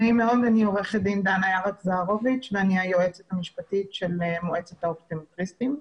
אני היועצת המשפטית של מועצת האופטומטריסטים.